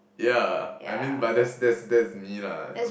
yeah I mean but that's that's that's me lah you know